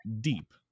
deep